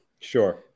Sure